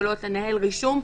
13:31)